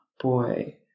boy